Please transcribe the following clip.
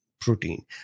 protein